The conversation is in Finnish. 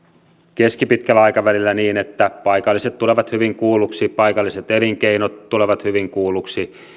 keskipitkällä aikavälillä niin että paikalliset tulevat hyvin kuulluksi paikalliset elinkeinot tulevat hyvin kuulluksi